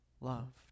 loved